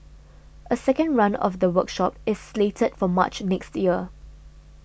a second run of the workshop is slated for March next year